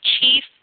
chief